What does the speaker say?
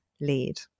lead